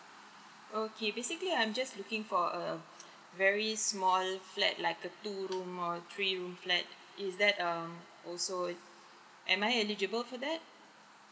okay basically I'm just looking for a very small flat like a two room or three room flat is that um also am I eligible for that